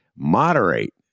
moderate